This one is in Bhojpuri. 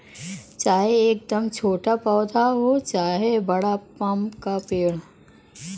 चाहे एकदम छोटा पौधा हो चाहे बड़ा पाम क पेड़